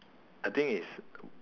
I think is